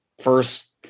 first